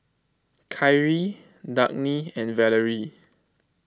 Kyree Dagny and Valery